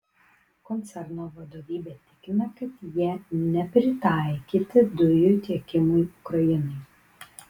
koncerno vadovybė tikina kad jie nepritaikyti dujų tiekimui ukrainai